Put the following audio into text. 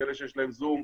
כאלה שיש להן זום,